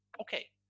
okay